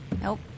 Nope